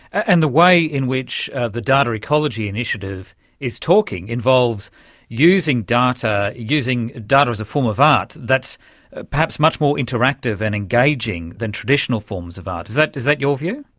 and the way in which the data ecology initiative is talking involves using data using data is a form of art that is ah perhaps much more interactive and engaging than traditional forms of art. is that is that your view?